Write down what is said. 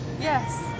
Yes